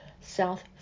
south